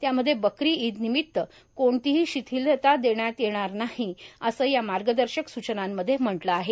त्यामध्ये बकरी ईद निमित्त कोणतीही शिथीलता देता येणार नाही असं या मार्गदर्शक सूचनांमध्ये म्हटलं आहे